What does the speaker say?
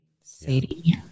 Sadie